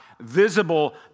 visible